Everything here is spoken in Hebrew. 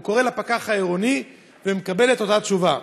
הוא קורא לפקח עירוני, ומקבל את אותה תשובה.